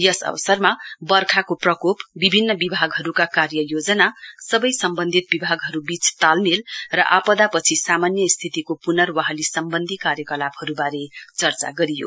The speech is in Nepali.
यस अवसरमा वर्खाको प्रकोप विभिन्न विभागहरूका कार्य योजना सबै सम्बन्धित विभागहरूबीच तालमेल र अपदापछि सामान्य स्थितिको पुनर्वहाली सम्बन्धी कार्यकलापहरूबारे चर्चा गरियो